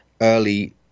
early